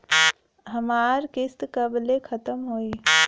हमार किस्त कब ले खतम होई?